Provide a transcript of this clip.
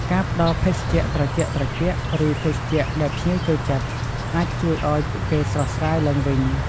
ការផ្ដល់ភេសជ្ជៈត្រជាក់ៗ ឬភេសជ្ជៈដែលភ្ញៀវចូលចិត្ត អាចជួយឱ្យពួកគេស្រស់ស្រាយឡើងវិញ។